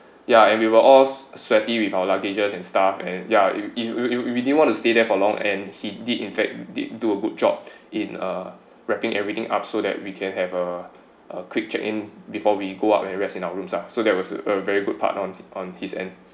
ya and we were all sweaty with our luggages and stuff and yeah you you you if you didn't want to stay there for long and he did in fact did do a good job in uh wrapping everything up so that we can have a a quick check in before we go up and rest in our rooms lah so there was a very good part on on his end